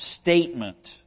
statement